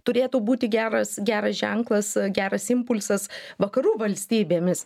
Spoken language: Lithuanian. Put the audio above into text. turėtų būti geras geras ženklas geras impulsas vakarų valstybėmis